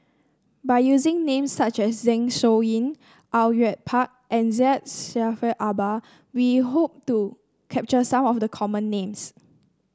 by using names such as Zeng Shouyin Au Yue Pak and Syed Jaafar Albar we hope to capture some of the common names